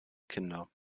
kinder